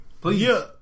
Please